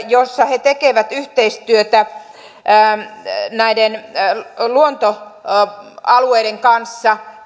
joissa he tekevät yhteistyötä näiden luontoalueiden kanssa